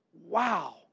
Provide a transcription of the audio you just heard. wow